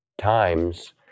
times